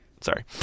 Sorry